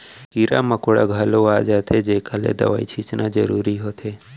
कीरा मकोड़ा घलौ आ जाथें जेकर ले दवई छींचना जरूरी होथे